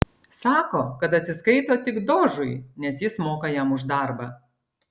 sako kad atsiskaito tik dožui nes jis moka jam už darbą